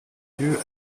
dieux